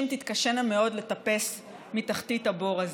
תתקשינה מאוד לטפס מתחתית הבור הזה.